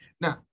Now